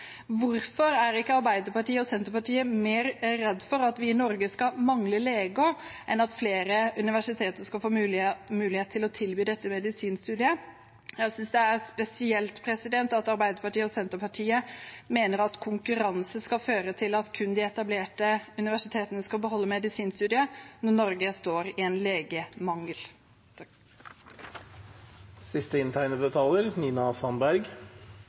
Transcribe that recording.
Senterpartiet mer redde for at vi i Norge skal mangle leger, enn at flere universiteter skal få mulighet til å tilby dette medisinstudiet? Jeg synes det er spesielt at Arbeiderpartiet og Senterpartiet mener at konkurranse skal føre til at kun de etablerte universitetene skal beholde medisinstudiet når Norge står i en legemangel.